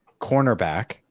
cornerback